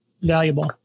Valuable